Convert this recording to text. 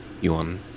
Yuan